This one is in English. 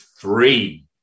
three